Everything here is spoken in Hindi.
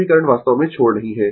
सभी करंट वास्तव में छोड़ रही हैं